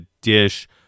dish